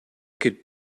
could